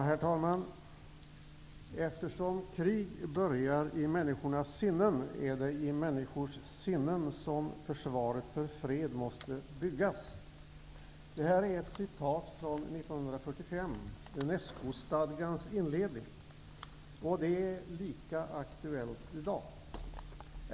Herr talman! Eftersom krig börjar i människornas sinnen är det där som försvaret för fred måste byggas. Detta står i Unesco-stadgans inledning från år 1945. Det är lika aktuellt i dag.